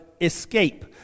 escape